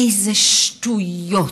איזה שטויות.